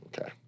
okay